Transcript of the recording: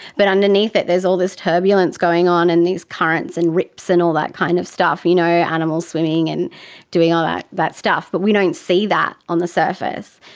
but underneath it there's all this turbulence going on and these currents and rips and all that kind of stuff, you know, animals swimming and doing all that that stuff, but we don't see that on the surface.